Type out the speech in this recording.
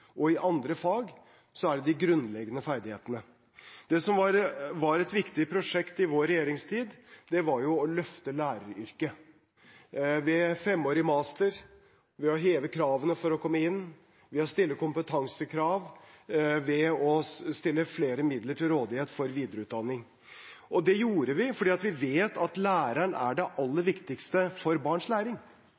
og i andre fag er det de grunnleggende ferdighetene. Det som var et viktig prosjekt i vår regjeringstid, var å løfte læreryrket, ved femårig master, ved å heve kravene for å komme inn, ved å stille kompetansekrav, ved å stille flere midler til rådighet for videreutdanning. Det gjorde vi fordi vi vet at læreren er det aller viktigste for barns læring,